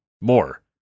more